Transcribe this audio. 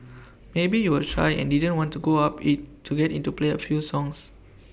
maybe you were shy and didn't want to go up to IT to get IT to play A few songs